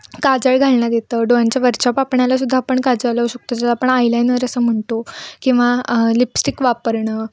काजळ घालण्यात येतं डोळ्यांच्या वरच्या पापण्याला सुद्धा आपण काजळ लावू शकतो जर आपण आयलायनर असं म्हणतो किंवा लिपस्टिक वापरणं